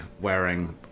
wearing